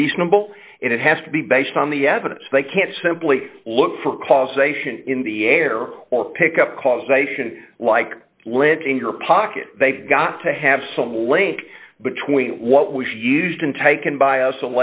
reasonable and it has to be based on the evidence they can't simply look for causation in the air or pick up causation like lint in your pocket they've got to have some link between what was used and taken by us